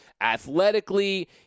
athletically